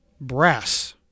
Brass